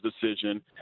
decision